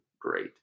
great